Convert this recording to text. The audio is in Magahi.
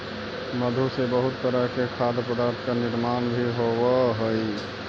मधु से बहुत तरह के खाद्य पदार्थ का निर्माण भी होवअ हई